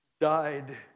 died